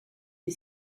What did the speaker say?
est